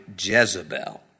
Jezebel